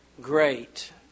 great